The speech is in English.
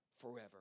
forever